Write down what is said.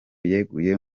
yaguye